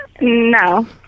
no